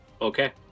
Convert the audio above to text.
Okay